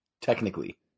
technically